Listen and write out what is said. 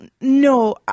No